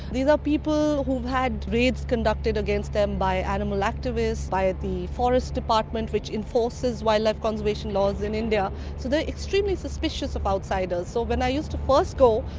these are people who've had raids conducted against them by animal activists, by the forest department which enforces wildlife conservation laws in india, so they're extremely suspicious of outsiders. so when i used to first go,